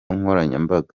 nkoranyambaga